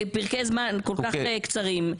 בפרקי זמן כל כך קצרים.